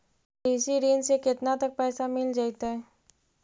कृषि ऋण से केतना तक पैसा मिल जइतै?